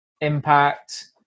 Impact